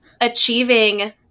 achieving